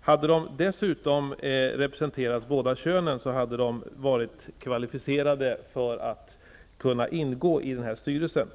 Hade de dessutom representerat båda könen, hade de varit kvalificerade för att ingå i denna styrelse.